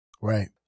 Right